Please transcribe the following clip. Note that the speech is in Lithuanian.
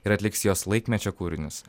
ir atliks jos laikmečio kūrinius